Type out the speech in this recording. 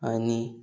आनी